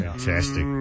Fantastic